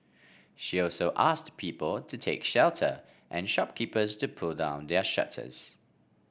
she also asked people to take shelter and shopkeepers to pull down their shutters